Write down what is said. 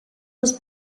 was